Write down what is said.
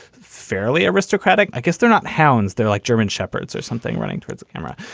fairly aristocratic, i guess. they're not hounds. they're like german shepherds or something running towards the camera.